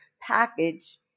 package